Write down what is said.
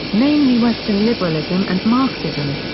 namely western liberalism and marxism,